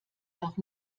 noch